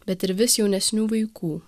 bet ir vis jaunesnių vaikų